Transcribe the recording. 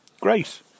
great